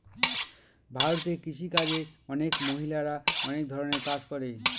ভারতে কৃষি কাজে অনেক মহিলারা অনেক ধরনের কাজ করে